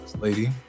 lady